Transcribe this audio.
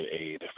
aid